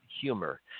humor